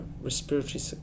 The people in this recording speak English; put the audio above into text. respiratory